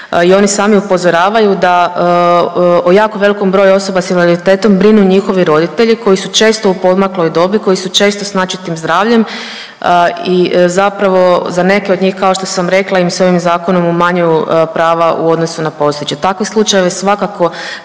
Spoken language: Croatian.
i oni sami upozoravaju da o jako velikom broju osoba s invaliditetom brinu njihovi roditelji koji su često u podmakloj dobi, koji su često s načetim zdravljem i zapravo za neke od njih kao što sam rekla im se ovim zakonom umanjuju prava u odnosu na postojeći.